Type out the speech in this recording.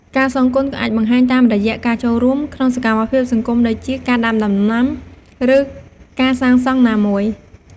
ការសងគុណក៏អាចបង្ហាញតាមរយៈ ការចូលរួមក្នុងសកម្មភាពសង្គមដូចជា ការដាំដំណាំ ឬការសាងសង់ណាមួយ។